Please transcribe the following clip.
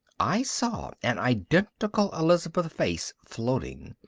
i saw an identical elizabeth-face floating,